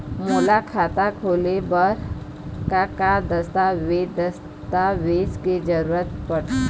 मोला खाता खोले बर का का दस्तावेज दस्तावेज के जरूरत पढ़ते?